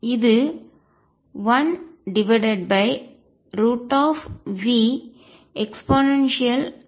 இது 1Veik